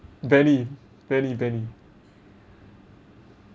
benny benny benny